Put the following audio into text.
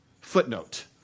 Footnote